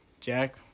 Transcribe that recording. Jack